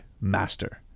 master